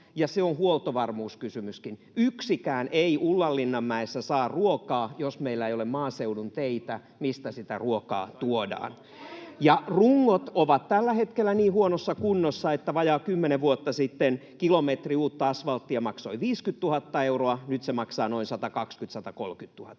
se on huoltovarmuuskysymyskin. Yksikään ei Ullanlinnanmäessä saa ruokaa, jos meillä ei ole maaseudun teitä, mistä sitä ruokaa tuodaan. Rungot ovat tällä hetkellä niin huonossa kunnossa, että vajaa kymmenen vuotta sitten kilometri uutta asvalttia maksoi 50 000 euroa, nyt se maksaa noin 120—130 000.